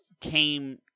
came